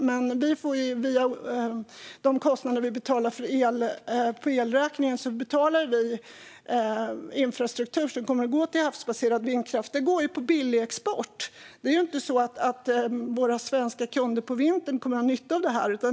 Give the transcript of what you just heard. Men via det vi betalar på elräkningen betalar vi till infrastruktur för havsbaserad vindkraft, och den går på billig export. Det är inte så att våra svenska kunder på vintern kommer att ha nytta av detta.